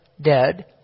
dead